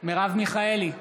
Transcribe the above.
מרב מיכאלי,